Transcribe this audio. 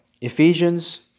Ephesians